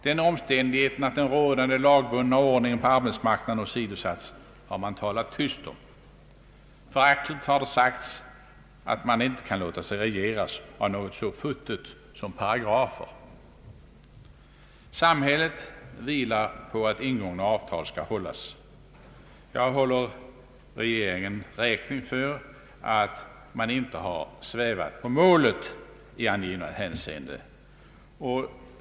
Den omständigheten att den rådande lagbundna ordningen på arbetsmarknaden åsidosatts har man talat tyst om. Föraktligt har det sagts att man inte kan låta sig regeras av något så futtigt som paragrafer. Samhället vilar på ati ingångna avtal skall hållas. Jag håller regeringen räkning för att man inte har svävat på målet i angivna hänseende.